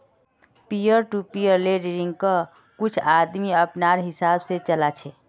peer to peer लेंडिंग्क कुछ आदमी अपनार हिसाब से चला छे